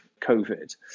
COVID